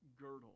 girdle